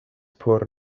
por